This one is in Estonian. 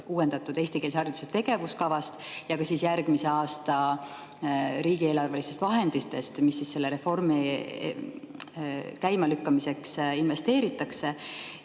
uuendatud eestikeelse hariduse tegevuskavast ja ka järgmise aasta riigieelarvelistest vahenditest, mis selle reformi käimalükkamiseks investeeritakse.